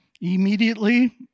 Immediately